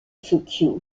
fukui